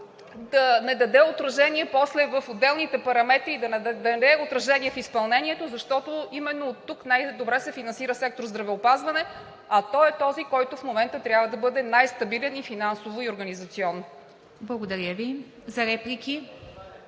да не даде отражение в отделните параметри и да не даде отражение в изпълнението, защото именно оттук най-добре се финансира сектор „Здравеопазване“, а той е този, който в момента трябва да бъде най-стабилен и финансово, и организационно.